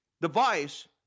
device